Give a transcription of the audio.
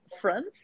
friends